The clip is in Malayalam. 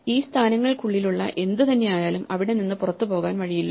ഈ സ്ഥാനങ്ങൾക്കുള്ളിലുള്ള എന്തു തന്നെയായാലും ഇവിടെ നിന്ന് പുറത്തുപോകാൻ വഴിയില്ല